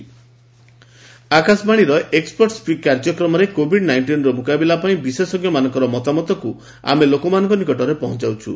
expert speak ଆକାଶବାଣୀର expert speak କାର୍ଯ୍ୟକ୍ରମରେ Covid ନାଇଷ୍ଟିନ୍ର ମୁକାବିଲା ପାଇଁ ବିଶେଷଜ୍ଞମାନଙ୍କର ମତାମତକୁ ଆମେ ଲୋକମାନଙ୍କ ନିକଟରେ ପହଞ୍ଚାଉଛୁ